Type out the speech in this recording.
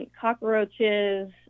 cockroaches